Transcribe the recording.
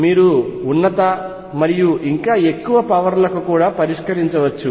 మీరు ఉన్నత మరియు ఇంకా ఎక్కువ పవర్ లకు కూడా పరిష్కరించవచ్చు